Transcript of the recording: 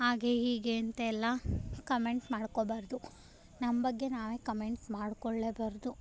ಹಾಗೆ ಹೀಗೆ ಅಂತೆಲ್ಲಾ ಕಮೆಂಟ್ ಮಾಡ್ಕೊಬಾರದು ನಮ್ಮ ಬಗ್ಗೆ ನಾವೇ ಕಮೆಂಟ್ ಮಾಡ್ಕೊಳ್ಳೇಬಾರದು